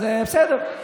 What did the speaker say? אז בסדר,